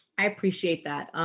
i appreciate that.